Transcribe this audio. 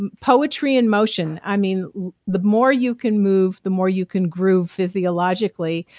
and poetry and motion, i mean the more you can move the more you can groove physiologically.